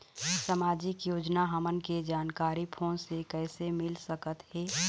सामाजिक योजना हमन के जानकारी फोन से कइसे मिल सकत हे?